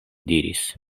diris